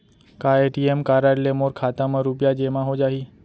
का ATM card ले मोर खाता म रुपिया जेमा हो जाही?